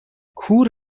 کور